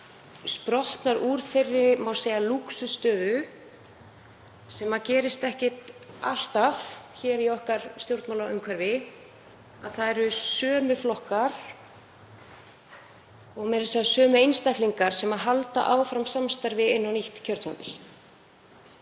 sprottnar úr þeirri, má segja, lúxusstöðu sem gerist ekki alltaf hér í okkar stjórnmálaumhverfi að það eru sömu flokkar og meira að segja sömu einstaklingar sem halda áfram samstarfi inn á nýtt kjörtímabil.